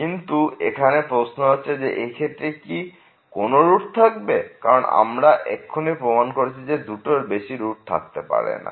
কিন্তু এখন প্রশ্ন হচ্ছে যে এই ক্ষেত্রে কি কোন রূট থাকবে কারণ আমরা এক্ষুনি প্রমাণ করেছি যে দুটোর বেশি রুট থাকতে পারে না